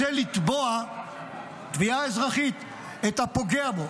רוצה לתבוע תביעה אזרחית את הפוגע בו,